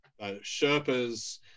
Sherpas